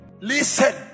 listen